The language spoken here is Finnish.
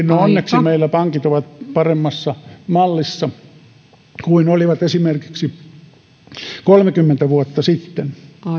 no onneksi meillä pankit ovat paremmassa mallissa kuin olivat esimerkiksi kolmekymmentä vuotta sitten